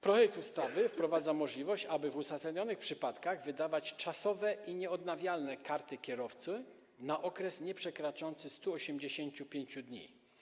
Projekt ustawy wprowadza możliwość, aby w uzasadnionych przypadkach wydawać czasowe i nieodnawialne karty kierowcy na okres nieprzekraczający 185 dni.